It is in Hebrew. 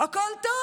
הכול טוב.